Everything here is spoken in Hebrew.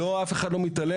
לא, אף אחד לא מתעלם.